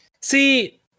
See